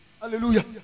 Hallelujah